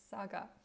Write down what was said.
saga